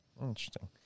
interesting